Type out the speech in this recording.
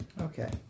okay